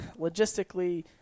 logistically